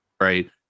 right